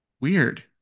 Weird